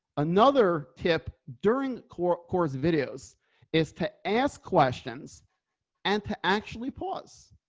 another tip during core course videos is to ask questions and to actually. pause